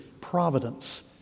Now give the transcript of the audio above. providence